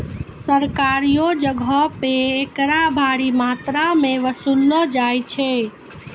सरकारियो जगहो पे एकरा भारी मात्रामे वसूललो जाय छै